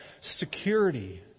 security